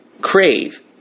crave